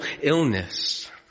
illness